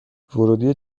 ورودی